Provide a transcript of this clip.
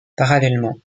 parallèlement